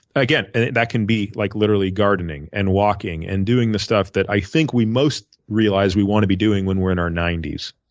again, and that can be like literally gardening and walking and doing the stuff that i think we most realize we want to be doing when we're in our ninety s.